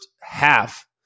half